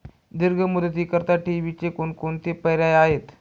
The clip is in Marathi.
दीर्घ मुदतीकरीता ठेवीचे कोणकोणते पर्याय आहेत?